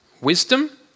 Wisdom